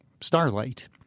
starlight